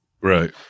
Right